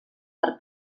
per